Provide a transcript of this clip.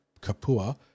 Kapua